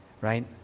right